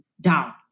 down